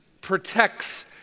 protects